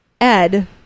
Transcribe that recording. Ed